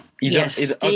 yes